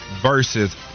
versus